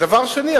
ודבר שני,